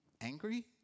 angry